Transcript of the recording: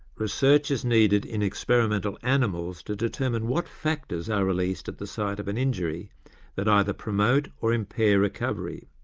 research is needed in experimental animals to determine what factors are released at the site of an injury that either promote or impair recovery.